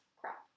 Crap